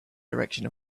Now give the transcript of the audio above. direction